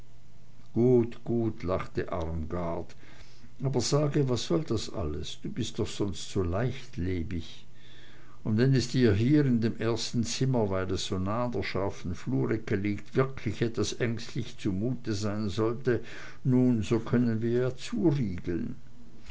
gut gut lachte armgard aber sage was soll das alles du bist doch sonst so leichtlebig und wenn es dir hier in dem ersten zimmer weil es so nah an der scharfen flurecke liegt wirklich etwas ängstlich zumute sein sollte nun so können wir ja zuriegeln